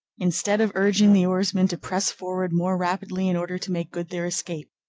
instead of urging the oarsmen to press forward more rapidly in order to make good their escape,